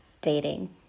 dating